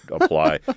apply